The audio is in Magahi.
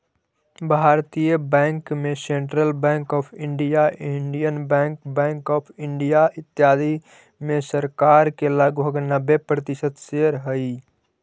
भारतीय बैंक में Central Bank of India, Indian Bank, Bank of India, इत्यादि में सरकार के लगभग नब्बे प्रतिशत शेयर हइ